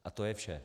A to je vše.